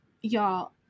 Y'all